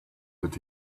did